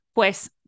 Pues